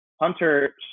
Hunter